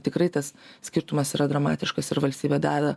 tikrai tas skirtumas yra dramatiškas ir valstybė darė